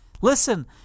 Listen